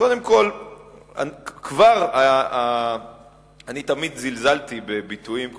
אני תמיד זלזלתי בביטויים כמו: